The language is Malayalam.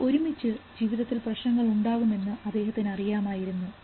അവർ ഒരുമിച്ച് ജീവിതത്തിൽ പ്രശ്നങ്ങൾ ഉണ്ടാകും എന്ന് അദ്ദേഹത്തിന് അറിയാമായിരുന്നു